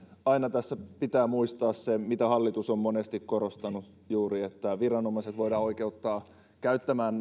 aina tässä pitää muistaa se mitä hallitus on monesti juuri korostanut viranomaiset voidaan oikeuttaa käyttämään